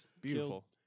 beautiful